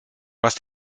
was